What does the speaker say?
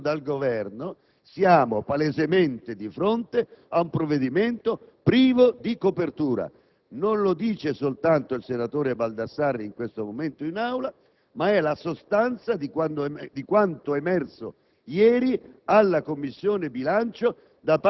nel provvedimento o comunque non è chiarito dal Governo, siamo palesemente di fronte ad una norma priva di copertura. Non lo dice soltanto il senatore Baldassarri in questo momento in Aula, ma è la sostanza di quanto è stato